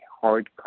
hard